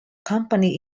company